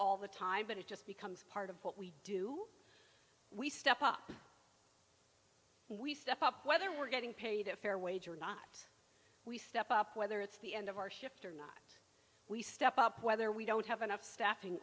all the time but it just becomes part of what we do we step up and we step up whether we're getting paid a fair wage or not we step up whether it's the end of our shift or we step up whether we don't have enough staffing